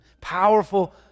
powerful